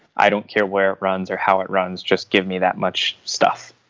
i don't care where it runs, or how it runs. just give me that much stuff.